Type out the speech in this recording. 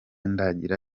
ndagira